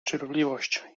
cierpliwość